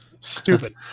Stupid